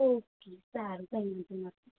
okay સારું કંઈ વાંધો નથી